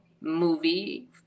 movie